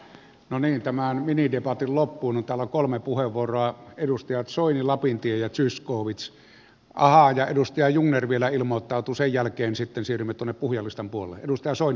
tämän minidebatin loppuun täällä on kolme puheenvuoroa edustajat soini lapintie ja zyskowicz ahaa ja edustaja jungner vielä ilmoittautuu sen jälkeen sitten siirrymme tuonne puhujalistan puolelle